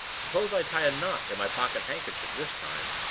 suppose i tie a knot in my pocket-handkerchief this time?